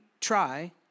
try